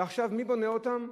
ועכשיו, מי בונה אותן?